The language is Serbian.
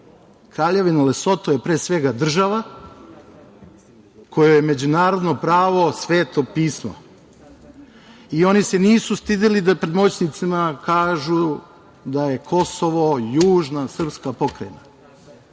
Kraljevina Lesoto je pre svega država kojoj je međunarodno pravo Sveto pismo i oni se nisu stideli da pred moćnicima kažu da je Kosovo južna srpska pokrajina.